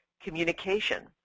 communication